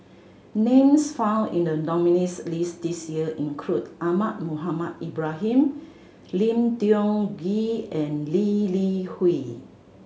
names found in the nominees' list this year include Ahmad Mohamed Ibrahim Lim Tiong Ghee and Lee Li Hui